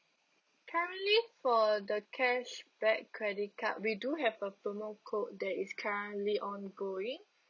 currently for the cashback credit card we do have a promo code that is currently ongoing